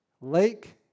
Lake